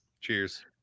Cheers